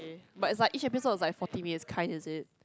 but it's like each episode is like forty minutes kind is it